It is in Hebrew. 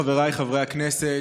חבריי חברי הכנסת,